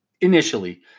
initially